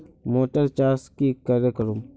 Motor चास की करे करूम?